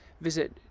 visit